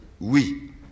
oui